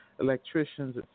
electricians